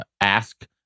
ask